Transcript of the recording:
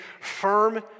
firm